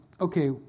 okay